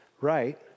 right